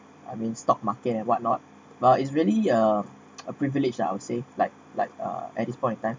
I mean stock market and what not but it's really a a privilege lah I would say like like uh at this point in time